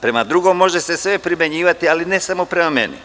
Prema drugom se može sve primenjivati, ali ne samo prema meni.